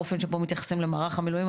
האופן שבו מתייחסים למערך המילואים,